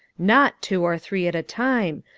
not two or three at a time,